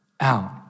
out